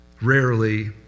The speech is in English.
rarely